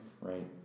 Right